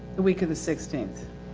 the week of the sixteenth?